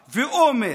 הזה,